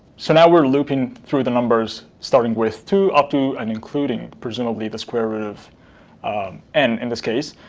so now we're looping through the numbers starting with two up to and including, presumably, the square root of n, in this case.